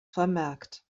vermerkt